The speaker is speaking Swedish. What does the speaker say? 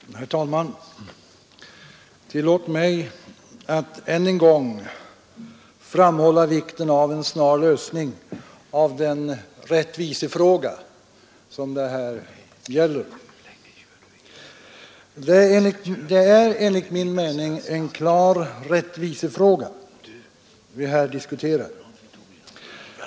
Herr talman! Tillåt mig att än en gång framhålla vikten av en snar lösning av denna fråga. Det är enligt min mening en klar rättvisefråga som vi här diskuterar.